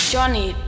Johnny